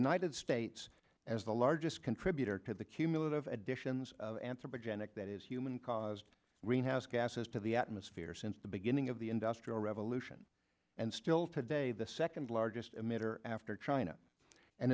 united states as the largest contributor to the cumulative additions of anthropogenic that is human caused greenhouse gases to the atmosphere since the beginning of the industrial revolution and still today the second largest emitter after china and